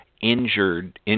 Injured